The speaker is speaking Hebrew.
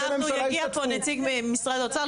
יגיע פה נציג משרד האוצר.